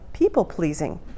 people-pleasing